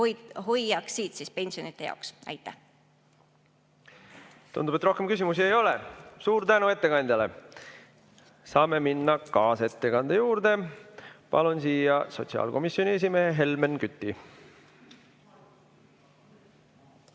hoiaksid pensionide jaoks. Tundub, et rohkem küsimusi ei ole. Suur tänu ettekandjale! Saame minna kaasettekande juurde. Palun siia sotsiaalkomisjoni esimehe Helmen Küti.